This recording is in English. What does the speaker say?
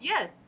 Yes